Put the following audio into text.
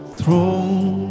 throne